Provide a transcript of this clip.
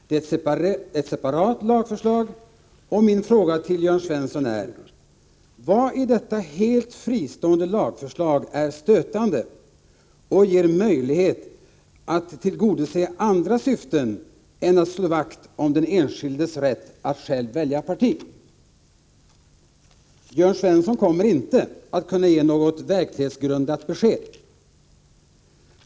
Det är ett separat lagförslag, och min fråga till Jörn Svensson är: Vad i detta helt fristående lagförslag är stötande och ger möjlighet att tillgodose andra syften än att slå vakt om den enskildes rätt att själv välja parti? Jörn Svensson kommer inte att kunna ge något verklighetsgrundat besked.